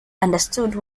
understood